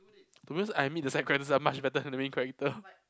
to be honest I meet the side characters are much better than the main character